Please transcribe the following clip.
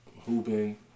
hooping